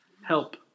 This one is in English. Help